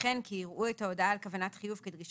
וכן כי יראו את ההודעה על כוונת חיוב כדרישת